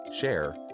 share